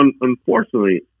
Unfortunately